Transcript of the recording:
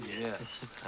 yes